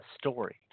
story